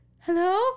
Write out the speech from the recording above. hello